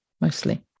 mostly